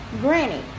Granny